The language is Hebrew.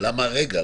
למה הרגע?